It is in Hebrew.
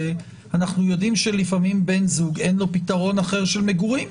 אנחנו יודעים שלפעמים לבן הזוג אין פתרון אחר של מגורים,